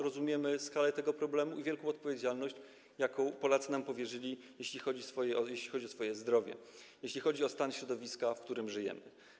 Rozumiemy skalę tego problemu i wielką odpowiedzialność, jaką Polacy nam powierzyli, jeśli chodzi o ich zdrowie, jeśli chodzi o stan środowiska, w którym żyjemy.